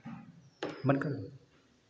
बंद करो